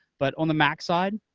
but on the mac side,